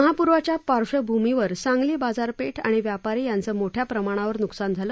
महापुराच्या पार्श्वभूमीवर सांगली बाजारपेठ आणि व्यापारी यांचं मोठ्या प्रमाणावर नुकसान झाले